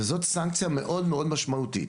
וזאת סנקציה מאוד מאוד משמעותית.